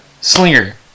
Slinger